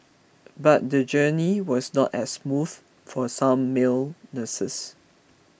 but the journey was not as smooth for some male nurses